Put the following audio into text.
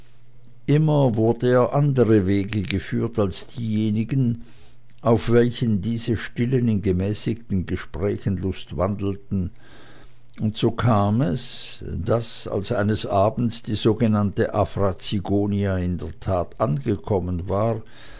immer wurde er andere wege geführt als diejenigen auf welchen diese stillen in gemäßigten gesprächen lustwandelten und so kam es daß als eines abends die sogenannte afra zigonia in der tat angekommen war